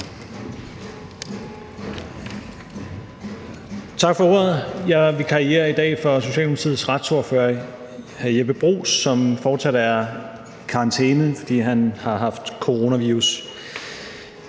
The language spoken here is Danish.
Tak for ordet. Jeg vikarierer i dag for Socialdemokratiets retsordfører, hr. Jeppe Bruus, som fortsat er i karantæne, fordi han har haft coronavirus.